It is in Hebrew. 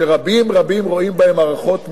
שרבים רבים רואים בהן מערכות מאיימות.